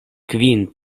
kvin